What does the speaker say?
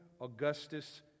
Augustus